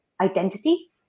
identity